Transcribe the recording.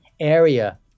area